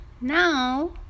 now